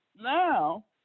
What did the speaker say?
Now